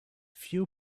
few